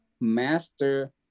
master